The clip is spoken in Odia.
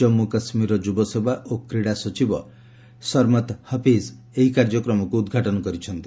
ଜାମ୍ପୁ କାଶ୍ମୀରର ଯୁବସେବା ଓ କ୍ରୀଡ଼ା ସଚିବ ସର୍ମତ୍ ହଫିଜ୍ ଏହି କାର୍ଯ୍ୟକ୍ରମକୁ ଉଦ୍ଘାଟନ କରିଛନ୍ତି